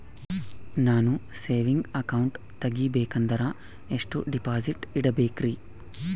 ನಾನು saving account ತೆಗಿಬೇಕಂದರ ಎಷ್ಟು ಡಿಪಾಸಿಟ್ ಇಡಬೇಕ್ರಿ?